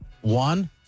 One